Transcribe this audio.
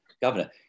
governor